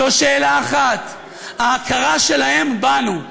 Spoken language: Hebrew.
זו שאלה אחת: ההכרה שלהם בנו,